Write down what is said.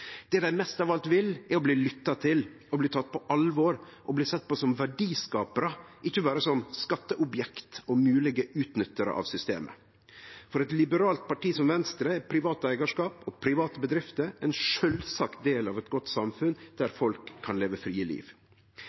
Det dei mest av alt vil, er å bli lytta til, bli tekne på alvor og bli sett på som verdiskaparar, ikkje berre som skatteobjekt og moglege utnyttarar av systemet. For eit liberalt parti som Venstre er privat eigarskap og private bedrifter ein sjølvsagt del av eit godt samfunn der folk kan leve eit fritt liv.